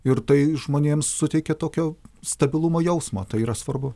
ir tai žmonėms suteikia tokio stabilumo jausmo tai yra svarbu